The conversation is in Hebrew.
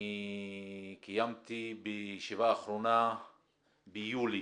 אני קיימתי בישיבה האחרונה ביולי